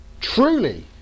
truly